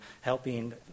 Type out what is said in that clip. helping